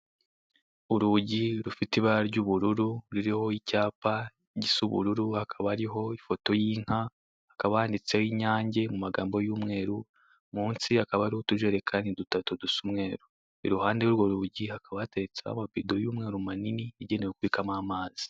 Urugi rufite ibara ry'ubururu, ruriho icyapa cy'ubururu hakaba hariho ifoto y' inka, hakaba handitseho inyange mu magambo y'umweru, mu nsi hakaba hariho utujerekani dutatu dusa umweru, iruhande y'urwo rugi, hakaba hateretseho amabido y'umweru manini igenewe kubikwamo amazi.